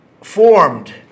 formed